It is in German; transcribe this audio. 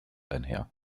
einher